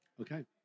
Okay